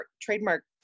trademark